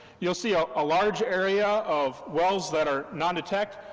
you'll see a ah large area of wells that are non-detect,